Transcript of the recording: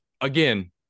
again